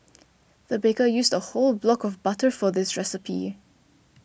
the baker used a whole block of butter for this recipe